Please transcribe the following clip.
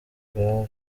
bwa